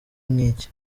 ngiki